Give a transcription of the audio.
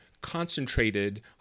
concentrated